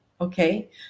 okay